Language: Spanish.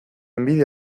envidia